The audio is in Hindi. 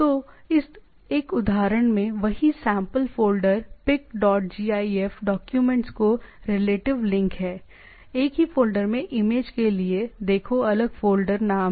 तो इस एक उदाहरण में वही sample folder Pic dot gif document की रिलेटिव लिंक है एक ही फ़ोल्डर में इमेज के लिए देखो अलग फ़ोल्डर नाम है